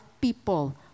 people